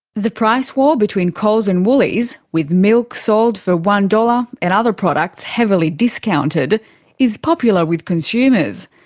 the price war between coles and woolies with milk sold for one dollars and other products heavily discounted is popular with consumers.